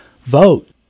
Vote